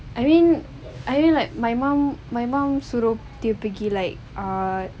I mean I mean like my mom my mom suruh dia pergi like err